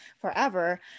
forever